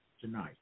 tonight